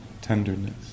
tenderness